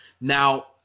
Now